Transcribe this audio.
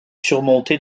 surmonté